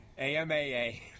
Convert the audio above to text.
AMAA